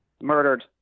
Murdered